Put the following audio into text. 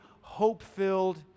hope-filled